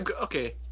okay